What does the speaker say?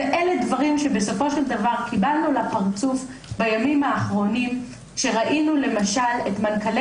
אלה דברים שקיבלנו לפרצוף בימים האחרונים כשראינו למשל את מנכ"לי